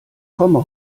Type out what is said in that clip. komme